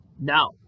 Now